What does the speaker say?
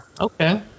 okay